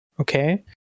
okay